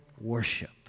worship